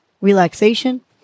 relaxation